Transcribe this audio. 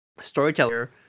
storyteller